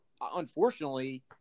unfortunately